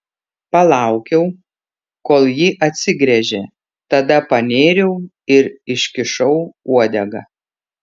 palaukiau kol ji atsigręžė tada panėriau ir iškišau uodegą